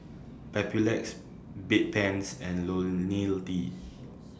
Papulex Bedpans and Ionil T